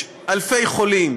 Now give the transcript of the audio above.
יש אלפי חולים